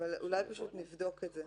אולי פשוט נבדוק את זה.